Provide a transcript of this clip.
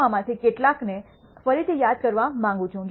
તેથી હું આમાંથી કેટલાકને ફરી થી યાદ કરવા માંગુ છું